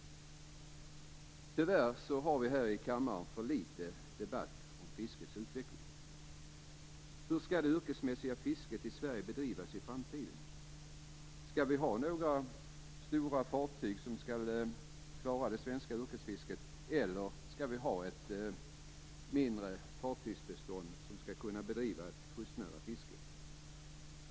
Tyvärr har vi här i kammaren för litet debatt om fiskets utveckling. Hur skall det yrkesmässiga fisket i Sverige bedrivas i framtiden? Skall vi ha några stora fartyg som skall klara det svenska yrkesfisket, eller skall vi ha ett mindre fartygsbestånd som skall kunna bedriva ett kustnära fiske?